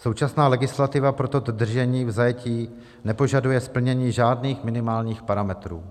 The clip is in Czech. Současná legislativa pro toto držení v zajetí nepožaduje splnění žádných minimálních parametrů.